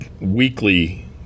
weekly